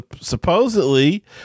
supposedly